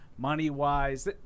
Money-wise